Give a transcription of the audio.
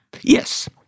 yes